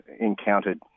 encountered